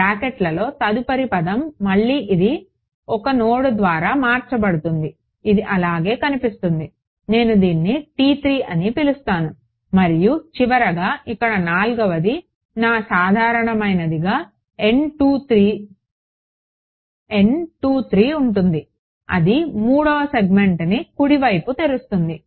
బ్రాకెట్లలో తదుపరి పదం మళ్లీ ఇది 1 నోడ్ ద్వారా మార్చబడుతుంది ఇది ఇలాగే కనిపిస్తుంది నేను దీన్ని అని పిలుస్తాను మరియు చివరగా ఇక్కడ నాల్గవది నా సాధారణమైనదిగా ఉంటుంది అది మూడో సెగ్మెంట్ని కుడి వైపు తెరుస్తుంది